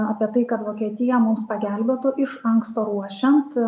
apie tai kad vokietija mums pagelbėtų iš anksto ruošiant